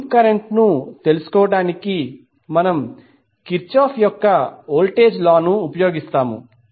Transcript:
loop కరెంట్ను తెలుసుకోవడానికి మనము కిర్చాఫ్ యొక్క వోల్టేజ్ లా ను ఉపయోగిస్తాము